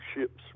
ships